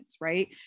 right